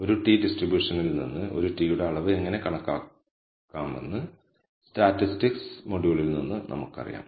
ഒരു t ഡിസ്ട്രിബ്യൂഷനിൽ നിന്ന് ഒരു t യുടെ അളവ് എങ്ങനെ കണക്കാക്കാമെന്ന് സ്റ്റാറ്റിസ്റ്റിക്സ് മൊഡ്യൂളിൽ നിന്ന് നമുക്കറിയാം